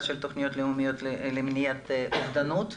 של תכניות לאומיות למניעת אובדנות,